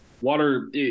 water